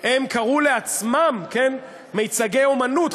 הם קראו לעצמם: מיצגי אמנות,